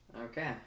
Okay